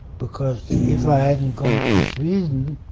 because if i hadn't gone to sweden